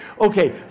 Okay